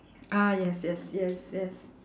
ah yes yes yes yes